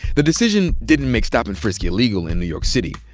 the decision didn't make stop and frisk illegal in new york city.